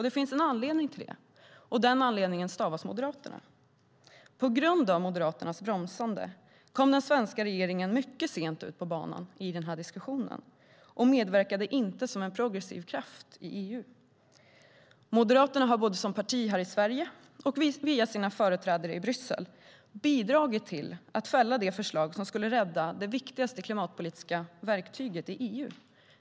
Det fanns en anledning till det, och den anledningen stavas Moderaterna. På grund av Moderaternas bromsande kom den svenska regeringen mycket sent ut på banan i den här diskussionen och medverkade inte som en progressiv kraft i EU. Moderaterna har både som parti här i Sverige och via sina företrädare i Bryssel bidragit till att fälla det förslag som skulle rädda det viktigaste klimatpolitiska verktyget i EU.